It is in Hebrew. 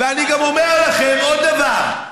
ואני גם אומר לכם עוד דבר: